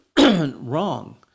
Wrong